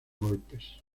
golpes